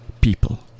people